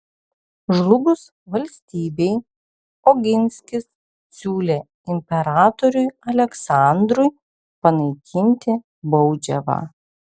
žlugus valstybei oginskis siūlė imperatoriui aleksandrui panaikinti baudžiavą